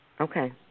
Okay